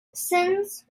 since